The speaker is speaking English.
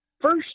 first